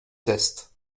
test